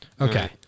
Okay